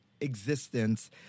existence